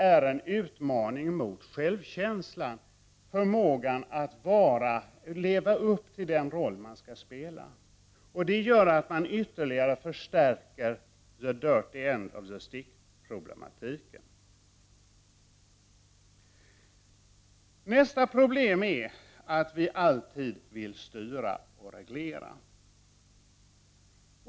— är en utmaning mot självkänslan, mot förmågan att leva upp till den roll man förväntas spela. Det förstärker ytterligare ”the dirty end of the stick”-problematiken. Nästa problem är att vi alltid vill styra och reglera.